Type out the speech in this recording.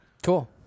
cool